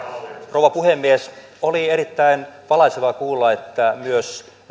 rouva puhemies oli erittäin valaisevaa kuulla että myös